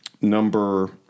Number